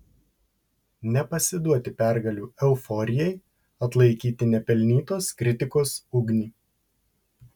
nepasiduoti pergalių euforijai atlaikyti nepelnytos kritikos ugnį